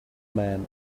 man